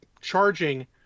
charging